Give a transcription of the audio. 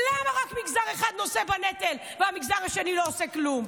למה רק מגזר אחד נושא בנטל והמגזר השני לא עושה כלום?